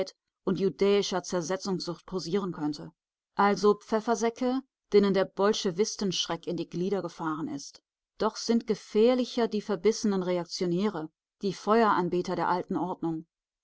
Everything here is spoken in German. und judäischer zersetzungssucht kurieren könnte also pfeffersäcke denen der bolschewistenschreck in die glieder gefahren ist doch sind gefährlicher die verbissenen reaktionäre die feueranbeter der alten ordnung